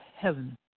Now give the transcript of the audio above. heaven